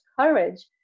courage